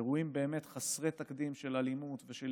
אירועים באמת חסרי תקדים של אלימות ושל